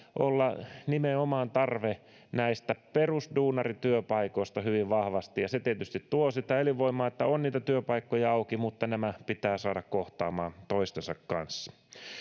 olla nimenomaan tarve näistä perusduunarityöpaikoista hyvin vahvasti se tietysti tuo sitä elinvoimaa että on niitä työpaikkoja auki mutta nämä pitää saada kohtaamaan toistensa kanssa